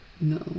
No